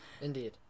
Indeed